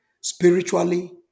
spiritually